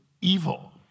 evil